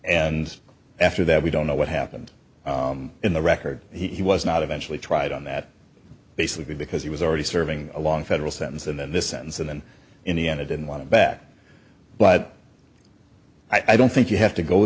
and after that we don't know what happened in the record he was not eventually tried on that basically because he was already serving a long federal sentence and then this sentence and then in the end it didn't want it back but i don't think you have to go